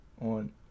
on